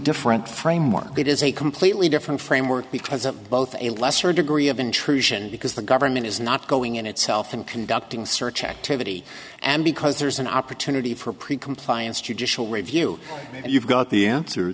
different framework it is a completely different framework because of both a lesser degree of intrusion because the government is not going in itself and conducting search activity and because there's an opportunity for print compliance judicial review you've got the answer